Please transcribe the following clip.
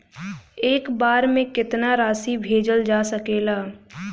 एक बार में केतना राशि भेजल जा सकेला?